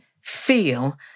feel